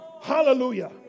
hallelujah